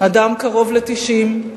אדם קרוב ל-90,